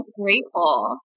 grateful